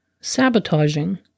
sabotaging